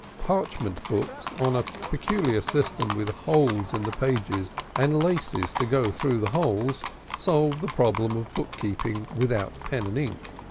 parchment books on a peculiar system with holes in the pages and laces to go through the holes solved the problem of bookkeeping without pen and ink.